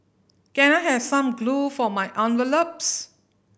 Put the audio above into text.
can I have some glue for my envelopes